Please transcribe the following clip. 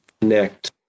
connect